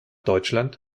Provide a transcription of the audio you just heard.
deutschland